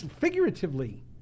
Figuratively